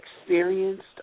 experienced